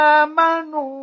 amanu